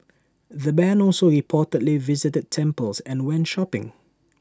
the Band also reportedly visited temples and went shopping